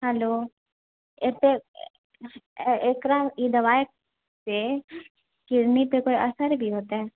hello एकरा ई दवाइ से किडनी पर असर भी होतै